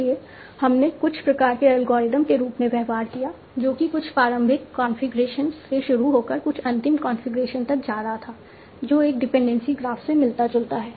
इसलिए हमने कुछ प्रकार के एल्गोरिथम के रूप में व्यवहार किया जो कि कुछ प्रारंभिक कॉन्फ़िगरेशन से शुरू होकर कुछ अंतिम कॉन्फ़िगरेशन तक जा रहा था जो एक डिपेंडेंसी ग्राफ से मिलता जुलता है